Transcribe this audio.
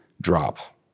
drop